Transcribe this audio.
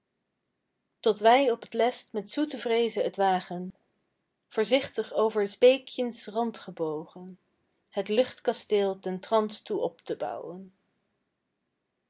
tot wij op t lest met zoete vreeze t wagen voorzichtig over s beekjens rand gebogen het luchtkasteel ten trans toe op te bouwen